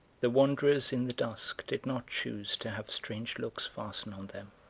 the wanderers in the dusk did not choose to have strange looks fasten on them,